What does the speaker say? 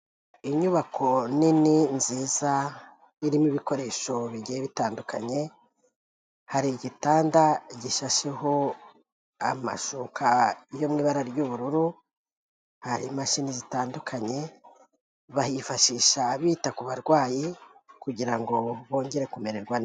Inyubako nini nziza, irimo ibikoresho bigiye bitandukanye, hari igitanda gishashyeho amashuka yo mu ibara ry'ubururu, hari imashini zitandukanye, bahifashisha bita ku barwayi kugira ngo bongere kumererwa neza.